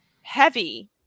heavy